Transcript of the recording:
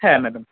হ্যাঁ ম্যাডাম